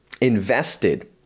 invested